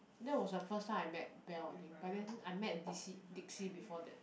that was the first time I met Belle I think but then I met d_c dixie before that